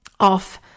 off